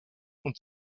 und